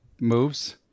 moves